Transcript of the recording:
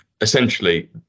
Essentially